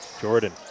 Jordan